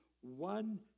one